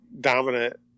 dominant